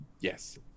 yes